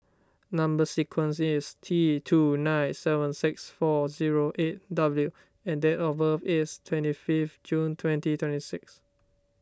Number Sequence is T two nine seven six four zero eight W and date of birth is twenty fifth June twenty twenty six